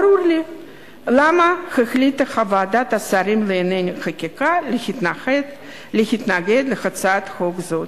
ברור לי למה החליטה ועדת השרים לענייני חקיקה להתנגד להצעת חוק זאת.